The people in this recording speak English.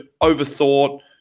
over-thought